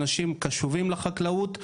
אנשים קשובים לחקלאות,